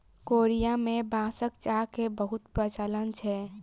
Korea में बांसक चाह के बहुत प्रचलन छै